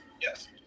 Yes